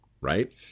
Right